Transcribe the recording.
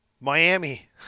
Miami